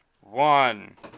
One